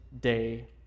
Day